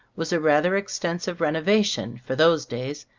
was a rather extensive renovation, for those days,